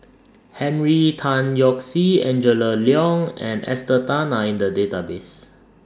Henry Tan Yoke See Angela Liong and Esther Tan Are in The Database